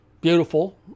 beautiful